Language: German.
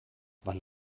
wann